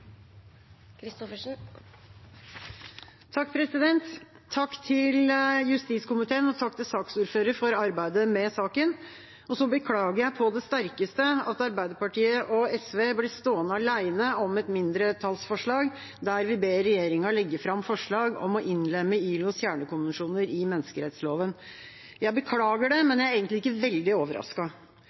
til justiskomiteen, og takk til saksordføreren for arbeidet med saken. Så beklager jeg på det sterkeste at Arbeiderpartiet og SV blir stående alene om et mindretallsforslag der vi ber regjeringa legge fram forslag om å innlemme ILOs kjernekonvensjoner i menneskerettsloven. Jeg beklager det, men jeg er egentlig ikke veldig